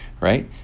right